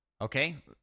Okay